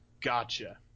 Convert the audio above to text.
Gotcha